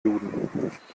duden